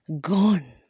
gone